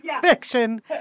Fiction